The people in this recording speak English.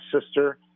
sister